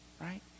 right